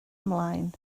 ymlaen